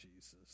Jesus